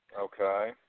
Okay